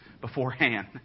beforehand